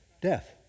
Death